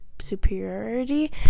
superiority